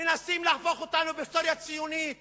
הם מנסים להפוך אותנו להיסטוריה ציונית